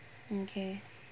mm K